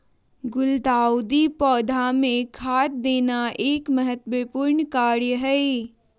गुलदाऊदी पौधा मे खाद देना एक महत्वपूर्ण कार्य हई